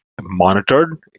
monitored